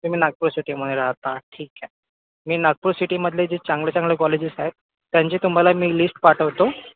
तुम्ही नागपूर सिटीमध्ये राहता ठीक आहे मी नागपूर सिटीमधले जे चांगले चांगले कॉलेजेस आहेत त्यांची तुम्हाला मी लिस्ट पाठवतो